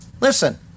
Listen